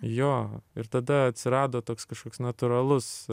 jo ir tada atsirado toks kažkoks natūralus